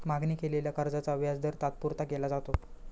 मागणी केलेल्या कर्जाचा व्याजदर तात्पुरता केला जातो